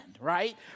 right